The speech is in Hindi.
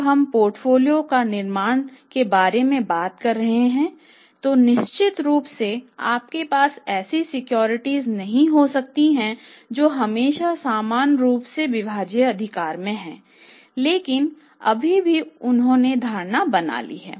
जब हम पोर्टफोलियो के निर्माण के बारे में बात कर रहे हैं तो निश्चित रूप से आपके पास ऐसी सिक्योरिटीज नहीं हो सकती हैं जो हमेशा समान रूप से विभाज्य अधिकार में हैं लेकिन अभी भी उन्होंने धारणा बना ली है